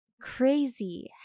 crazy